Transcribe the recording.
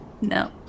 No